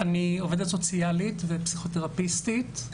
אני עובדת סוציאלית ופסיכותרפיסטית.